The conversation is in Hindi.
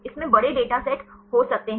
इसमें बड़े डेटा सेट हो सकते हैं